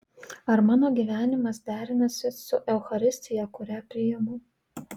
ar mano gyvenimas derinasi su eucharistija kurią priimu